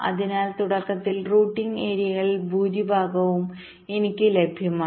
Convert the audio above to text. അതിനാൽ തുടക്കത്തിൽ റൂട്ടിംഗ് ഏരിയകളിൽ ഭൂരിഭാഗവും എനിക്ക് ലഭ്യമാണ്